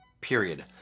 period